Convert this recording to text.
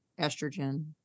estrogen